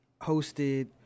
hosted